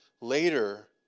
later